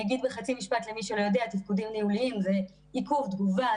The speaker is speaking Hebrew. אגיד בחצי משפט למי שלא יודע תפקודים ניהוליים זה עיכוב תגובה,